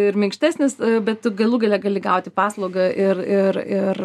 ir minkštesnis bet galų gale gali gauti paslaugą ir ir ir